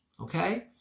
Okay